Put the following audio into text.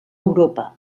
europa